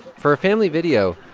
for a family video,